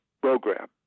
program